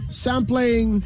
sampling